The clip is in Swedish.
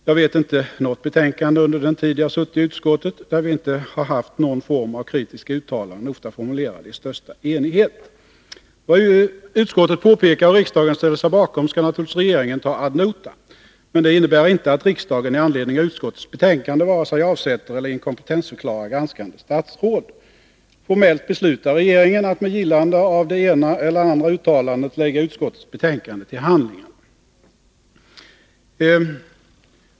Jag vet inte något betänkande under den tid jag har suttit i utskottet där vi inte haft någon form av kritiska uttalanden, ofta formulerade i största enighet. Vad utskottet påpekar och riksdagen ställer sig bakom skall naturligtvis regeringen ta ad notam. Men det innebär inte att riksdagen med anledning av utskottets betänkande vare sig avsätter eller inkompetensförklarar granskade statsråd. Formellt beslutar riksdagen att med gillande av det ena eller andra uttalandet lägga utskottets betänkande till handlingarna.